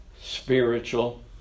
spiritual